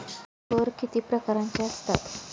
कर किती प्रकारांचे असतात?